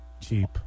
cheap